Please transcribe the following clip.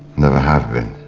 never have been.